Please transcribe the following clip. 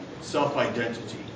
self-identity